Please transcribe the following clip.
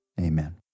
Amen